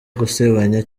gusebanya